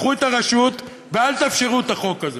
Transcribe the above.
קחו את הרשות ואל תאפשרו את החוק הזה.